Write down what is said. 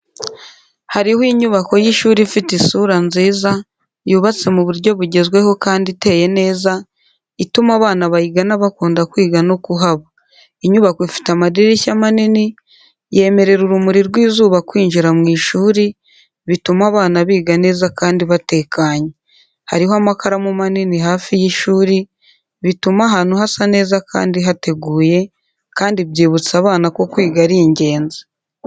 Hariho inyubako y'ishuri ifite isura nziza, yubatse mu buryo bugezweho kandi iteye neza, ituma abana bayigana bakunda kwiga no kuhaba. Inyubako ifite amadirishya manini, yemerera urumuri rw'izuba kwinjira mu ishuri, bituma abana biga neza kandi batekanye. Hariho amakaramu manini hafi y'ishuri, bituma ahantu hasa neza kandi hateguye, kandi byibutsa abana ko kwiga ari ingenzi.